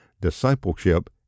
Discipleship